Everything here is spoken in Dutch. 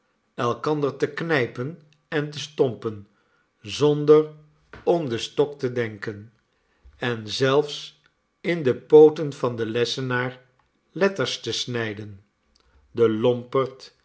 elkander te knijpen en te stompen zonder om den stok te denken en zelfs in de pooten van den lessenaar letters te snijden de lomperd